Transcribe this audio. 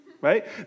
right